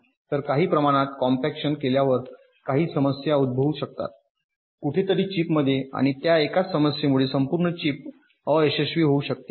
तर काही प्रमाणात कॉम्पॅक्शन केल्यावर काही समस्या उद्भवू शकतात कुठेतरी चिपमध्ये आणि त्या एकाच समस्येमुळे संपूर्ण चिप अयशस्वी होऊ शकते